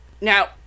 Now